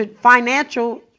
financial